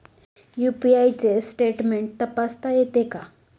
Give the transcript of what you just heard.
UPI चे statement तपासता येते का?